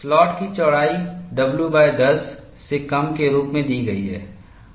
slot की चौड़ाई w10 से कम के रूप में दी गई है